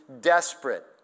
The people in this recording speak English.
desperate